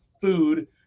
food